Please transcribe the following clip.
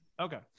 Okay